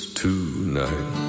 tonight